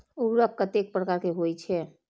उर्वरक कतेक प्रकार के होई छै?